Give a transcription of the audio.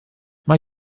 mae